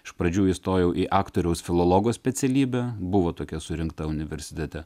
iš pradžių įstojau į aktoriaus filologo specialybę buvo tokia surinkta universitete